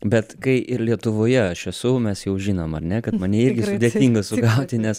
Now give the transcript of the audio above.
bet kai ir lietuvoje aš esu mes jau žinom ar ne kad mane irgi sudėtinga sugauti nes